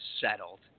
Settled